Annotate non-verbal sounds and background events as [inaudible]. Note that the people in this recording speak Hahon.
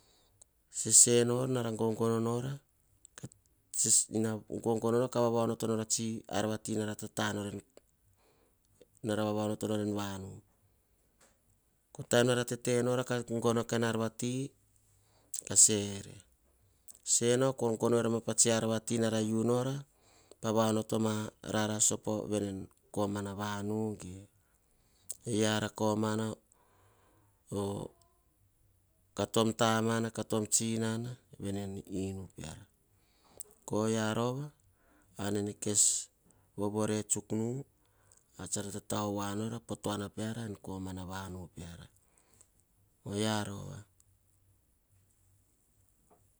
Sese nor nara gogonora [hesitation] gogonora ka vav onoto tsi ar vati. nara nava onoto nora en vanu. Ko taim nara tete nora ka gono a kain ar vati. Senao kor gonoer ma pa tsiar nara u nora. Pa va onot rapas en vanu, ge eara koma kantom tamana. Tom tsinana veni pa enu peara kaorova ar nene kes vovore tsuk nu. Ar tsara tatao voa nora o tuana peara en vanu oyia rova.